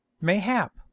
Mayhap